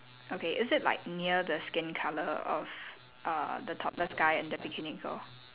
okay is it like near the skin colour of uh the topless guy and the bikini girl